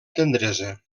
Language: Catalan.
tendresa